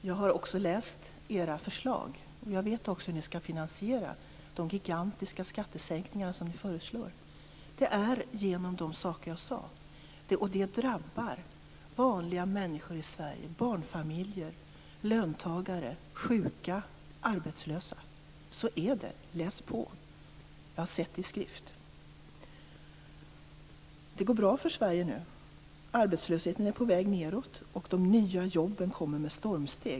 Herr talman! Jag har läst era förslag, och jag vet också hur ni skall finansiera de gigantiska skattesänkningar som ni föreslår. Det är genom de saker som jag tog upp, och det drabbar vanliga människor i Sverige - barnfamiljer, löntagare, sjuka och arbetslösa. Så är det. Läs på! Jag har sett det i skrift. Det går bra för Sverige nu. Arbetslösheten är på väg nedåt och de nya jobben kommer med stormsteg.